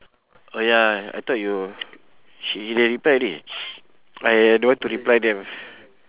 oh ya I thought you they they reply already I don't want to reply them